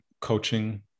coaching